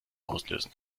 auslösen